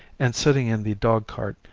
and, sitting in the dogcart,